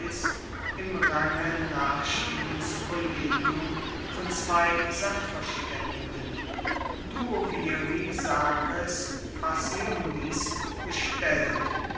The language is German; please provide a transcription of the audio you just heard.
im range nachstehendes kollegium von zwei sachverstaendigen duoviri sacris faciundis bestellt